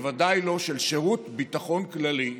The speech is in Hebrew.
בוודאי לא של שירות ביטחון כללי,